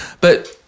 but-